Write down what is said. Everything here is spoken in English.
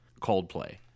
Coldplay